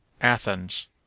Athens